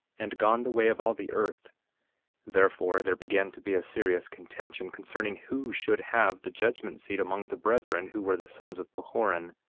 and gone the way of all the earth therefore there began to be a serious contention concerning who should have the judgment-seat among the brethren, who were the sons of pahoran.